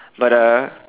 but uh